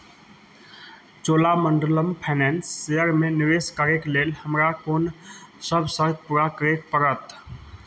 Cholamandalam finance शेयरमे निवेश करयके लेल हमरा कोनसभ शर्त पूरा करयके पड़त